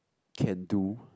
can do